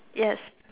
yes